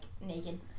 naked